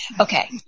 Okay